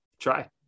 Try